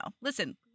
Listen